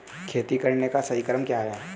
खेती करने का सही क्रम क्या है?